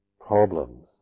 problems